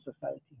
society